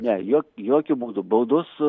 ne jo jokiu būdu baudos